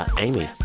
ah amy,